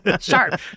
Sharp